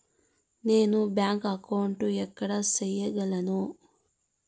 నేను bank account ఎక్కడ సేయగలను